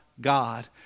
God